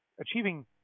achieving